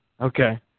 Okay